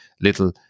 little